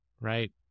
right